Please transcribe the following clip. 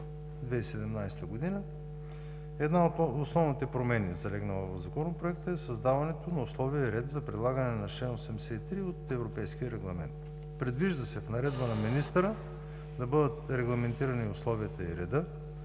2017 г. Една от основните промени, залегнала в Законопроекта, е създаването на условия и ред за прилагане на чл. 83 от Европейския регламент. В наредба на министъра се предвижда да бъдат регламентирани условията и редът